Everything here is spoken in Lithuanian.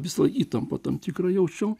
visą laik įtampą tam tikrą jaučiau